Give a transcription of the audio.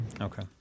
okay